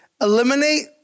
eliminate